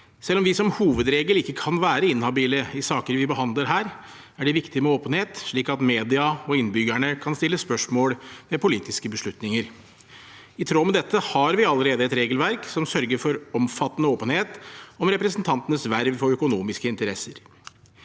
Selv om vi som hovedregel ikke kan være inhabile i saker vi behandler her, er det viktig med åpenhet, slik at media og innbyggerne kan stille spørsmål ved politiske beslutninger. I tråd med dette har vi allerede et regelverk som sørger for omfattende åpenhet om representantenes verv og økonomiske interesser.